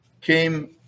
came